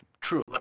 true